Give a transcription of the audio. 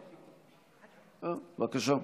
בבקשה,